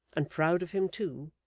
and proud of him too,